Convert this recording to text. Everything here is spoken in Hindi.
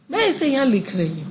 मैं इसे यहाँ लिख रही हूँ